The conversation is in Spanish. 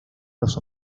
los